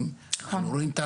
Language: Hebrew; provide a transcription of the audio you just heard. אנחנו רואים את הנפגעים,